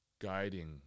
guiding